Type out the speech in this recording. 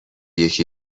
یکی